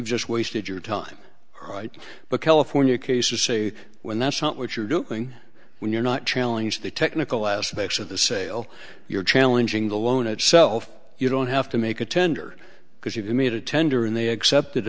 just wasted your time right but california cases say when that's not what you're doing when you're not challenge the technical aspects of the sale you're challenging the loan itself you don't have to make a tender because you can meet a tender and they accepted